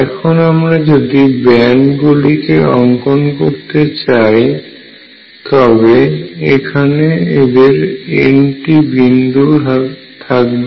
এখন আমরা যদি ব্যান্ড গুলি কে অঙ্কন করতে চাই তবে এখানে এদের N টি বিন্দু থাকবে